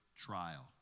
trial